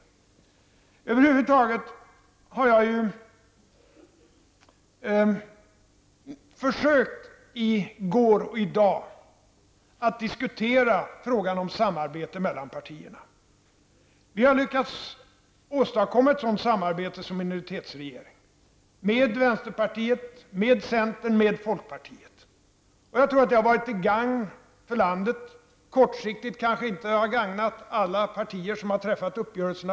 Jag har över huvud taget, i går och i dag, försökt att diskutera frågan om samarbete mellan partierna. Vi har, som minoritetsregering, lyckats åstadkomma ett sådant arbete med vänsterpartiet, med centern och med folkpartiet. Jag tror att detta har varit till gagn för landet. Kortsiktigt har det kanske inte gagnat alla partier som har träffat uppgörelserna.